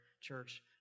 church